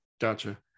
gotcha